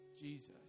Jesus